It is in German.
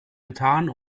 getan